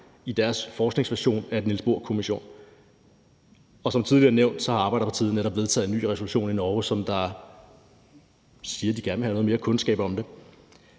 i deres forskningsversion af en Niels Bohr-kommission. Og som tidligere nævnt har Arbeiderpartiet i Norge netop vedtaget en ny resolution, som siger, at de gerne vil have noget mere kundskab om det